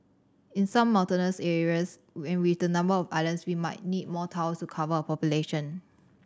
in some mountainous areas and with the number of islands we might need more towers to cover our population